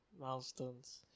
milestones